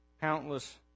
countless